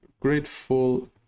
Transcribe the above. Grateful